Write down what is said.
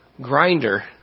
grinder